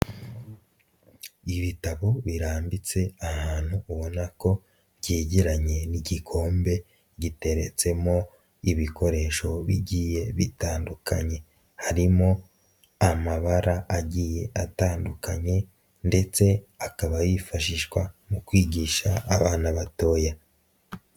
Ibitabo birambitse ahantu ubona ko byegeranye n'igikombe giteretsemo ibikoresho bigiye bitandukanye, harimo amabara agiye atandukanye ndetse akaba yifashishwa mu kwigisha abana batoya.